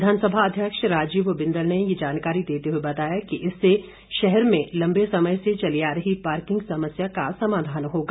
विधानसभा अध्यक्ष राजीव बिंदल ने ये जानकारी देते हुए बताया कि इससे शहर में लम्बे समय से चली आ रही पार्किंग समस्या का समाधान होगा